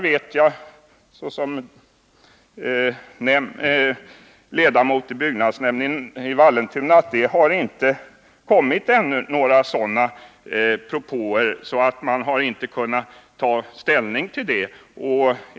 Som ledamot i byggnadsnämnden i Vallentuna vet jag att några sådana propåer ännu inte kommit. varför man således inte har kunnat ta ställning till den frågan.